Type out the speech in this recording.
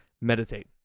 meditate